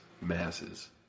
masses